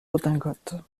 redingotes